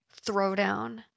throwdown